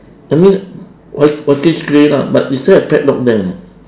I mean white whitish grey lah but is there a padlock there or not